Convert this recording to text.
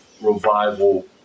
revival